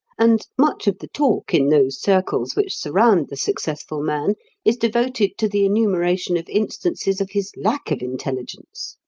and much of the talk in those circles which surround the successful man is devoted to the enumeration of instances of his lack of intelligence.